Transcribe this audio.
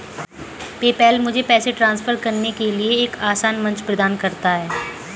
PayPal मुझे पैसे transfer करने के लिए एक आसान मंच प्रदान करता है